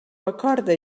acorda